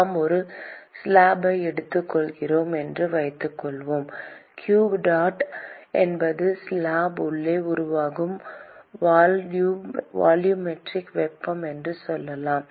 நாம் ஒரு ஸ்லாப்பை எடுத்துக்கொள்கிறோம் என்று வைத்துக்கொள்வோம் க்யூ டாட் என்பது ஸ்லாப் உள்ளே உருவாகும் வால்யூமெட்ரிக் வெப்பம் என்று சொல்லலாம்